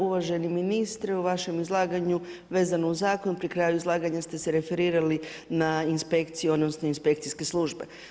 Uvaženi ministre u vašem izlaganju vezano uz zakon pri kraju izlaganja ste se referirali na inspekciju odnosno inspekcijske službe.